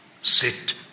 sit